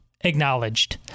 acknowledged